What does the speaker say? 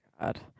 God